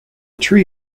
tree